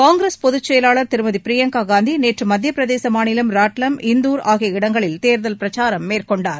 காங்கிரஸ் பொதுச்செயவாளர் திருமதி பிரியங்கா காந்தி நேற்று மத்தியபிரதேச மாநிலம் ராட்லாம் இந்தூர் ஆகிய இடங்களில் தேர்தல் பிரச்சாரம் மேற்கொண்டார்